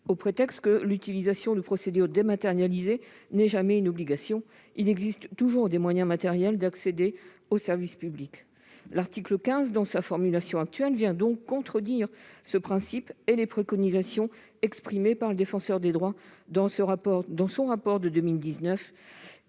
le prétexte suivant :« L'utilisation de procédures dématérialisées n'est jamais une obligation ; il existe toujours des moyens matériels d'accéder aux services publics. » L'article 15, dans sa formulation actuelle, vient contredire ce principe, mais aussi les préconisations exprimées par le Défenseur des droits dans son rapport de 2019